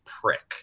prick